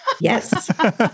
Yes